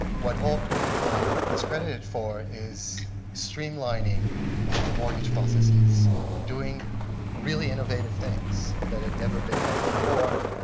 what holc is credited for is stream lining the mortgages processes doing really innovative things that had never been done before.